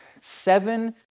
seven